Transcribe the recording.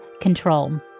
control